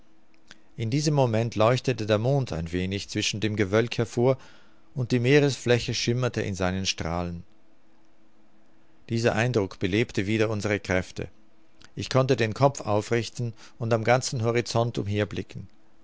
in diesem moment leuchtete der mond ein wenig zwischen dem gewölk hervor und die meeresfläche schimmerte in seinen strahlen dieser eindruck belebte wieder unsere kräfte ich konnte den kopf aufrichten und am ganzen horizont